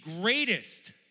greatest